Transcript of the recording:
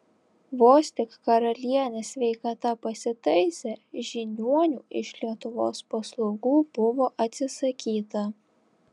vos tik karalienės sveikata pasitaisė žiniuonių iš lietuvos paslaugų buvo atsisakyta